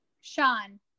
Sean